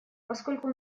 поскольку